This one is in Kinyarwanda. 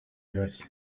birori